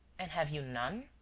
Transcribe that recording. and have you none?